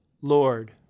Lord